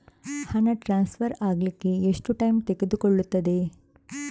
ಹಣ ಟ್ರಾನ್ಸ್ಫರ್ ಅಗ್ಲಿಕ್ಕೆ ಎಷ್ಟು ಟೈಮ್ ತೆಗೆದುಕೊಳ್ಳುತ್ತದೆ?